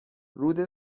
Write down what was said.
رود